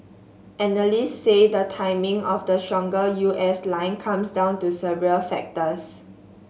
analyst say the timing of the stronger U S line comes down to several factors